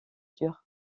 durs